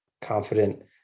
confident